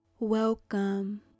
welcome